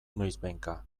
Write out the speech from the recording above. noizbehinka